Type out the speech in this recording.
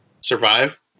survive